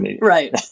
Right